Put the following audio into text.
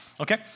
Okay